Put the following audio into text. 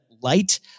light